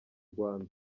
rwanda